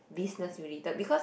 business related because